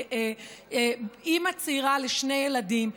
אימא צעירה לשני ילדים,